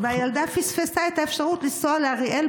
והילדה פספסה את האפשרות לנסוע לאריאל.